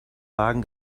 wagen